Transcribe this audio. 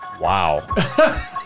Wow